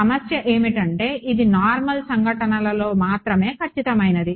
సమస్య ఏమిటంటే ఇది నార్మల్ సంఘటనలలో మాత్రమే ఖచ్చితమైనది